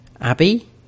Abby